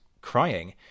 crying